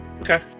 Okay